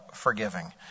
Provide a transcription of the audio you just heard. Forgiving